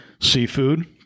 seafood